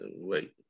wait